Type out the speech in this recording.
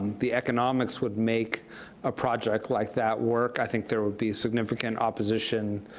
the economics would make a project like that work. i think there would be significant opposition,